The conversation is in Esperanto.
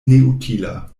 neutila